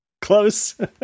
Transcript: close